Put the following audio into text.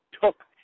took